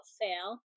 fail